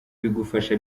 bigufasha